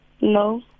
No